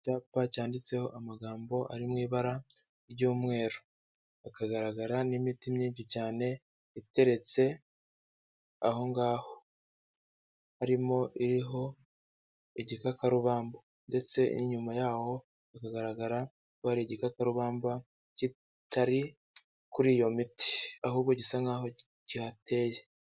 Icyapa cyanditseho amagambo ari mu ibara ry'umweru, hakagaragara n'imiti myinshi cyane, iteretse aho ngaho, harimo iriho igikakarubamba, ndetse n'inyuma y'aho bakagaragara ko hari igikakarubamba kitari kuri iyo miti, ahubwo gisa nk'aho kihateye.